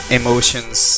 emotions